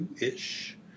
ish